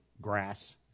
grass